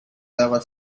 daba